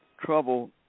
trouble